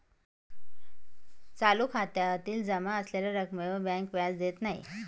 चालू खात्यातील जमा असलेल्या रक्कमेवर बँक व्याज देत नाही